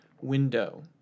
window